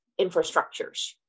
infrastructures